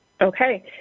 Okay